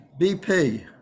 BP